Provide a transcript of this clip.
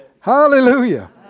Hallelujah